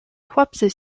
chłopcy